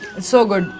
so good!